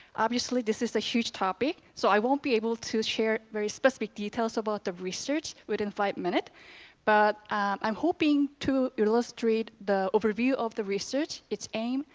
obviously this this a huge topic so i won't be able to share very specific details about the research within in five minutes but um i'm hoping to illustrate the overview of the research, its aim,